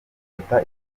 dufata